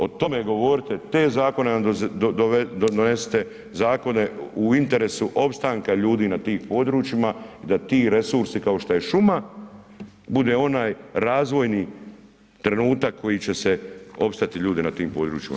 O tome govorite, te zakone nam donesite, zakone u interesu opstanka ljudi na tim područjima i da ti resursi kao što je šuma bude onaj razvojni trenutak koji će se opstati ljudi na tim područjima.